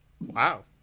Wow